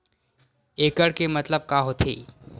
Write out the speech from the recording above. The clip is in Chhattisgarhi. एकड़ के मतलब का होथे?